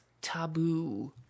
taboo